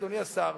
אדוני השר,